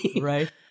Right